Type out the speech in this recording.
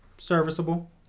Serviceable